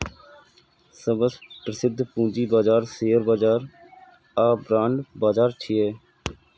सबसं प्रसिद्ध पूंजी बाजार शेयर बाजार आ बांड बाजार छियै